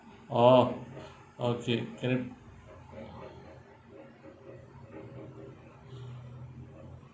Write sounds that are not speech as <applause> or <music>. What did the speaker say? orh <breath> okay can it <breath>